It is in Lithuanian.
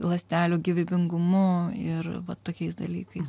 ląstelių gyvybingumu ir va tokiais dalykais